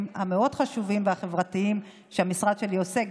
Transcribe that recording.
המאוד-חשובים והחברתיים שהמשרד שלי עושה,